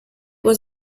was